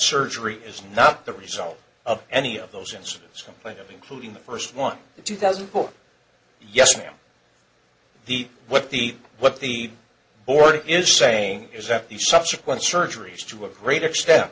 surgery is not the result of any of those incidents complained of including the first one in two thousand books yes ma'am the what the what the order is saying is that the subsequent surgeries to a great extent